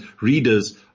readers